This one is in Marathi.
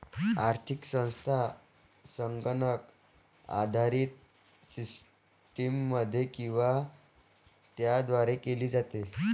आर्थिक संस्था संगणक आधारित सिस्टममध्ये किंवा त्याद्वारे केली जाते